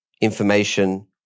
information